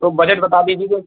तो बजट बता दीजिएगा